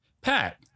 Pat